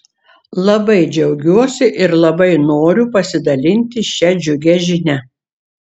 labai džiaugiuosi ir labai noriu pasidalinti šia džiugia žinia